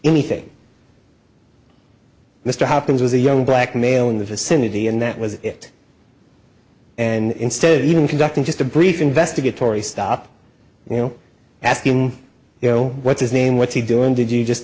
anything mr hopkins was a young black male in the vicinity and that was it and instead of even conducting just a brief investigatory stop you know asking you know what's his name what's he doing did you just